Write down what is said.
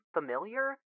familiar